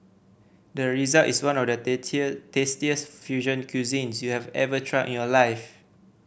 the result is one of the tastiest fusion cuisines you have ever tried in your life